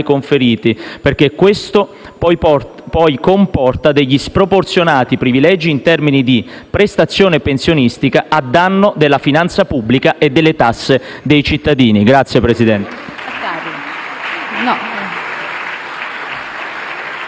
conferiti perché ciò comporta degli sproporzionati privilegi in termini di prestazione pensionistica a danno della finanza pubblica e delle tasse dei cittadini. PRESIDENTE.